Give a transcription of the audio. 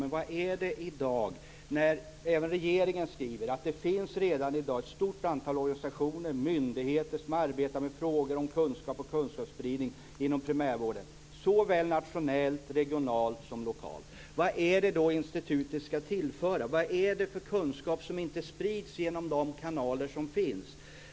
Men även regeringen skriver att det redan i dag finns ett stort antal organisationer och myndigheter som arbetar med frågor om kunskap och kunskapsspridning inom primärvården, såväl nationellt som regionalt och lokalt. Vad är det som institutet ska tillföra? Vad är det för kunskap som inte sprids genom de kanaler som finns?